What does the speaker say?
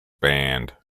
banned